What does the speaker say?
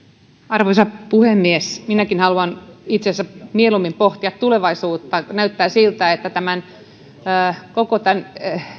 arvoisa puhemies minäkin haluan itse asiassa mieluummin pohtia tulevaisuutta näyttää siltä että koko tämän